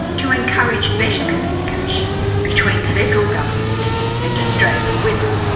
to encourage better communication between federal government and australian women.